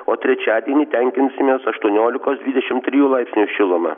o trečiadienį tenkinsimės aštuoniolikos dvidešimt trijų laipsnių šiluma